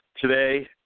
Today